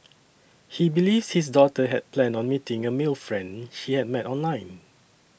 he believes his daughter had planned on meeting a male friend she had met online